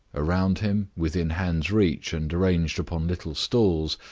around him, within hand's reach and arranged upon little stools,